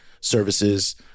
services